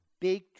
big